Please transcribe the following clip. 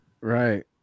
Right